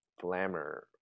glamour